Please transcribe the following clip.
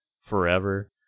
forever